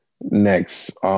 next